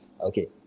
Okay